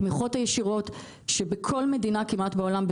התמיכות הישירות שבכל מדינה כמעט בעולם,